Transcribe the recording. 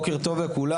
בוקר טוב לכולם,